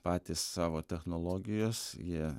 patys savo technologijos jie